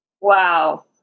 Wow